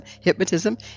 hypnotism